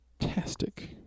Fantastic